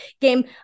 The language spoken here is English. game